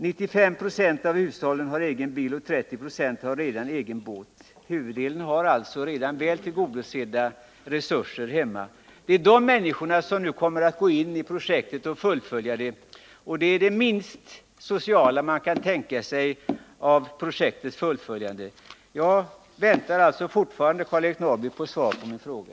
95 70 av hushållen har egen bil och 30 26 har redan egen båt. Huvuddelen är alltså redan väl tillgodosedda. Det är dessa människor som nu kommer att fullfölja projektet, och det är det minst sociala man kan tänka sig. Jag väntar fortfarande, Karl-Eric Norrby, på svar på min fråga.